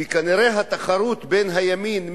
כנראה התחרות בימין,